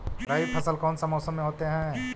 रवि फसल कौन सा मौसम में होते हैं?